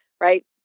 right